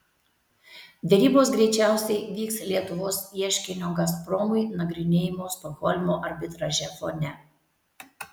derybos greičiausiai vyks lietuvos ieškinio gazpromui nagrinėjimo stokholmo arbitraže fone